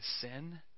sin